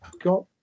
got